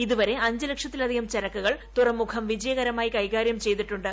ഇതുവരെ അഞ്ച് ലക്ഷത്തിലധികം ചരക്കുകൾ തുറമുഖം വിജയകരമായി കൈകാര്യം ചെയ്തിട്ടുണ്ട്